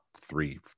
three